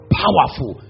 powerful